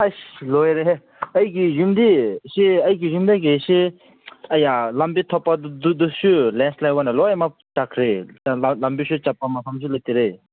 ꯑꯁ ꯂꯣꯏꯔꯦꯍꯦ ꯑꯩꯒꯤ ꯌꯨꯝꯗꯤ ꯏꯆꯦ ꯑꯩꯒꯤ ꯌꯨꯃꯗꯒꯤꯁꯤ ꯑꯌꯥ ꯂꯝꯕꯤ ꯊꯣꯛꯄ ꯗꯨꯗꯁꯨ ꯂꯦꯟꯏꯁꯂꯥꯏꯠ ꯑꯣꯏꯅ ꯂꯣꯏꯅꯃꯛ ꯆꯠꯈ꯭ꯔꯦ ꯂꯝꯕꯤꯁꯨ ꯆꯠꯄ ꯃꯐꯝꯁꯨ ꯂꯩꯇꯔꯦ